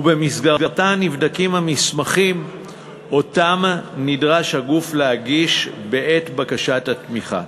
ובמסגרתה נבדקים המסמכים שנדרש הגוף להגיש בעת בקשת התמיכה.